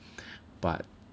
but